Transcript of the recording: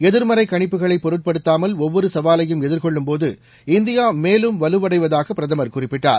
எதிர்மறை கணிப்புகளை பொருட்படுத்தாமல் ஒவ்வொரு சவாலையும் எதிர்கொள்ளும்போது இந்தியா மேலும் வலுவடைவதாக பிரதமர் குறிப்பிட்டார்